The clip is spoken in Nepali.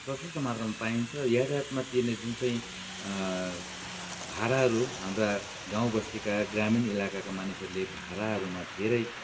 प्रसस्त मात्रामा पाइन्छ यातायातमा दिने जुन चाहिँ भाडाहरू हाम्रा गाउँ बस्तीका ग्रामीण इलाकाका मानिसहरूले भाडाहरूमा धेरै